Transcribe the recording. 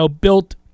built